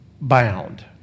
bound